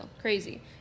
crazy